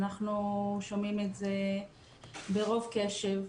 אנחנו שומעים את זה ברוב קשב,